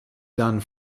done